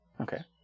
Okay